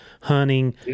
hunting